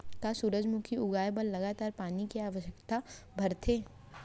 का सूरजमुखी उगाए बर लगातार पानी के आवश्यकता भरथे?